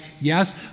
yes